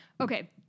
Okay